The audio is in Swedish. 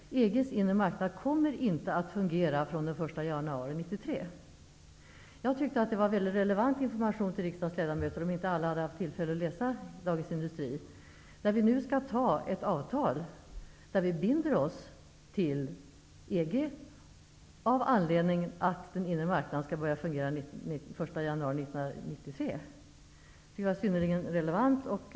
Att EG:s inre marknad inte kommer att fungera från den 1 januari 1993 tyckte jag var relevant information till riksdagsledamöterna, som kanske inte alla hade haft tillfälle att läsa Dagens Industri, när vi nu skall besluta om ett avtal där vi binder oss till EG av det skälet att den inre marknaden skall börja fungera den 1 januari 1993.